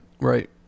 right